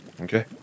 Okay